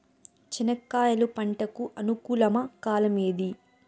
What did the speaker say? చెనక్కాయలు పంట కు అనుకూలమా కాలం ఏది?